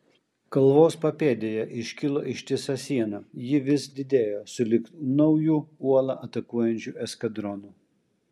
kalvos papėdėje iškilo ištisa siena ji vis didėjo sulig nauju uolą atakuojančiu eskadronu